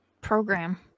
program